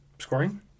scoring